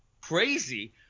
crazy